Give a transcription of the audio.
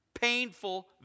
painful